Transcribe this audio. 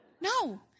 No